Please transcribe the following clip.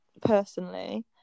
personally